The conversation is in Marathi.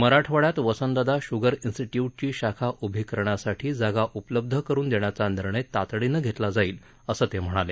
मराठवाङ्यात वसंतदादा शूअर निस्टट्यूटची शाखा उभी करण्यासाठी जागा उपलब्ध करुन देण्याचा निर्णय तातडीनं घेतला जाईल असं ते म्हणाले